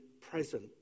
present